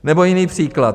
Nebo jiný příklad.